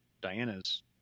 Diana's